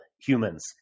humans